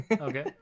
Okay